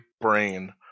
brain